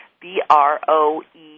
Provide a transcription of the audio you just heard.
B-R-O-E